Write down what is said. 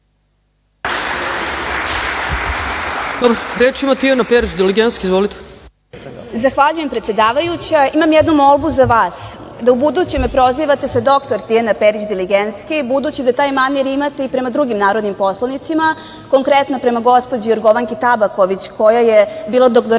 **Tijana Perić Diligenski** Zahvaljujem predsedavajuća. Imam jednu molbu za vas, da ubuduće me prozivate sa dr Tijana Perić Diligenski, budući da taj manir imate i prema drugim narodnim poslanicima, konkretno prema gospođi Jorgovanki Tabaković, koja je bila doktorant